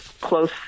close